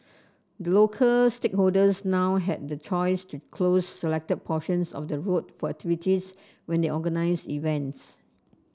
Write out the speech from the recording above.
the local stakeholders now have the choice to close selected portions of the road for activities when they organise events